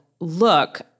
look